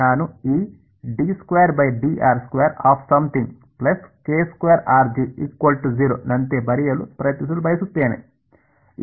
ನಾನು ಈ ನಂತೆ ಬರೆಯಲು ಪ್ರಯತ್ನಿಸಲು ಬಯಸುತ್ತೇನೆ